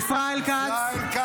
נגד יוראי להב הרצנו,